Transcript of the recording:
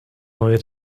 neue